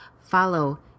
follow